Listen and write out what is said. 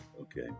Okay